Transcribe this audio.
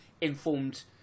informed